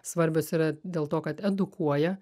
svarbios yra dėl to kad edukuoja